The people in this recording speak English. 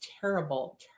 terrible